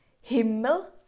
himmel